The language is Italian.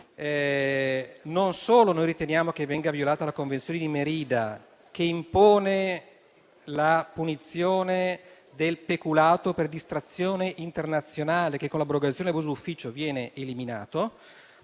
non solo noi riteniamo che venga violata la Convenzione di Merida che impone la punizione del peculato per distrazione internazionale, che con l'abrogazione dell'abuso d'ufficio viene eliminato,